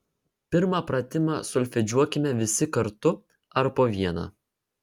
pirmą pratimą solfedžiuokime visi kartu ar po vieną